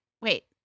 wait